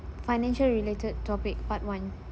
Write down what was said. financial related topic part one